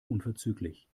unverzüglich